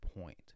point